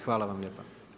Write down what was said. Hvala vam lijepa.